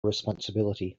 responsibility